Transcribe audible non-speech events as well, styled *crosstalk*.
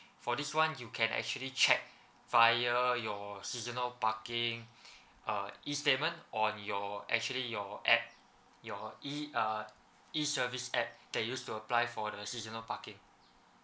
for this one you can actually check via your seasonal parking *breath* uh E statement on your actually your app your E uh E service app that used to apply for the seasonal parking